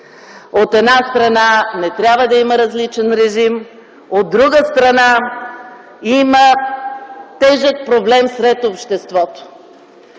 От една страна не трябва да има различен режим, от друга страна има тежък проблем сред обществото.